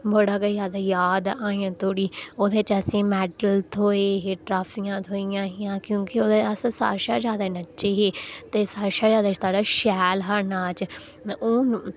बड़ा गै ज्यादा याद ऐ अजें धोड़ी ओह्दे च असेंई मैड्डल थ्होए हे ट्राफियां थ्होइयां हियां क्योंकि ओह्दे च अस सारें शा ज्यादा नच्चे हे ते सारें शा ज्यादा साढ़ा शैल हा नाच ते हून